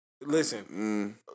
listen